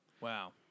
Wow